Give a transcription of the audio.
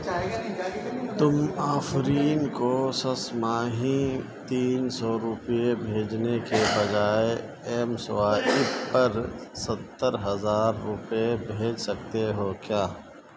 تم آفرین کو ششماہی تین سو روپے بھیجنے کے بجائے ایم سوائیپ پر ستر ہزار روپے بھیج سکتے ہو کیا